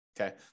Okay